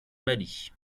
mali